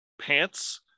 pants